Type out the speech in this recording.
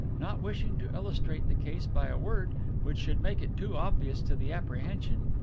not wishing to illustrate the case by a word which should make it too obvious to the apprehension,